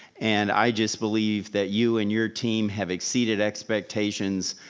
and i just believe that you and your team have exceeded expectations.